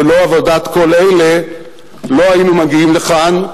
ללא עבודת כל אלה לא היינו מגיעים לכאן.